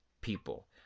people